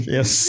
Yes